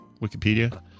Wikipedia